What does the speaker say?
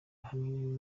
ahanini